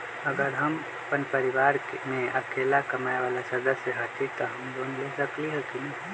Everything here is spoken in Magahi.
अगर हम अपन परिवार में अकेला कमाये वाला सदस्य हती त हम लोन ले सकेली की न?